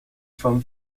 from